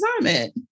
assignment